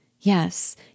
Yes